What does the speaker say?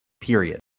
Period